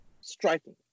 striking